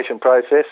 process